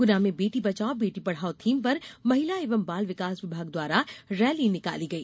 गुना में बेटी बचाओ बेटी पढाओ थीम पर महिला एवं बाल विकास विभाग द्वारा रैली निकाली गई